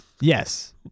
Yes